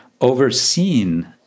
Overseen